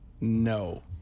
No